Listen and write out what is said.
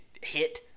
hit